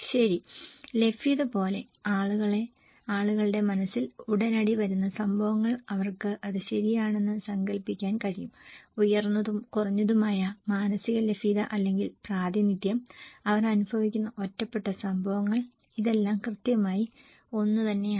ശരി ലഭ്യത പോലെ ആളുകളുടെ മനസ്സിൽ ഉടനടി വരുന്ന സംഭവങ്ങൾ അവർക്ക് അത് ശരിയാണെന്ന് സങ്കൽപ്പിക്കാൻ കഴിയും ഉയർന്നതും കുറഞ്ഞതുമായ മാനസിക ലഭ്യത അല്ലെങ്കിൽ പ്രാതിനിധ്യം അവർ അനുഭവിക്കുന്ന ഒറ്റപ്പെട്ട സംഭവങ്ങൾ ഇതെല്ലാം കൃത്യമായി ഒന്നുതന്നെയല്ല